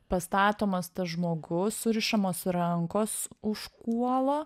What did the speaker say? pastatomas tas žmogus surišamos rankos už kuolo